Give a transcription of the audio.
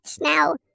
now